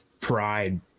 pride